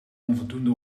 onvoldoende